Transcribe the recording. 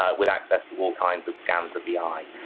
ah with access to all kinds of scans of the eye.